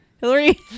Hillary